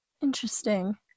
Interesting